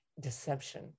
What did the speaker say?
deception